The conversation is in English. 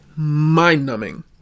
mind-numbing